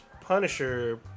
Punisher